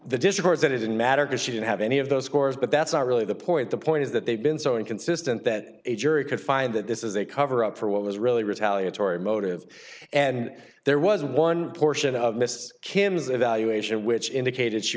discords that it didn't matter because she didn't have any of those scores but that's not really the point the point is that they've been so inconsistent that a jury could find that this is a cover up for what was really retaliates or emotive and there was one portion of miss kim's evaluation which indicated she